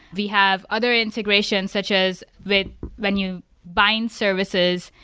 we have other integrations, such as when when you bind services,